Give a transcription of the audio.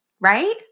right